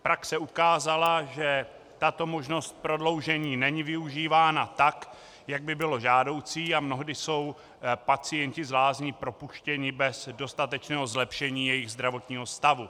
Praxe ukázala, že tato možnost prodloužení není využívána tak, jak by bylo žádoucí, a mnohdy jsou pacienti z lázní propuštěni bez dostatečného zlepšení jejich zdravotního stavu.